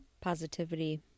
positivity